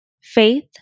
faith